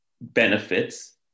benefits